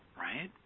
right